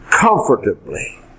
comfortably